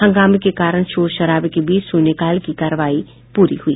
हंगामे के कारण शोर शराबे के बीच शून्यकाल की कार्यवाही पूरी हुई